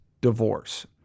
divorce